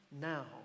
now